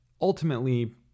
Ultimately